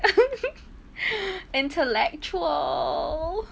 intellectual